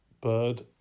bird